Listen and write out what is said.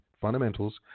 fundamentals